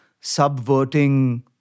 subverting